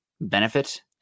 benefit